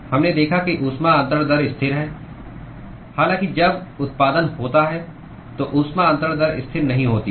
हमने देखा कि ऊष्मा अन्तरण दर स्थिर है हालांकि जब उत्पादन होता है तो ऊष्मा अन्तरण दर स्थिर नहीं होती है